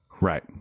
Right